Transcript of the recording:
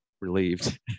relieved